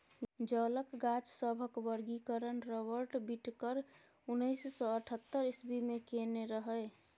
जलक गाछ सभक वर्गीकरण राबर्ट बिटकर उन्नैस सय अठहत्तर इस्वी मे केने रहय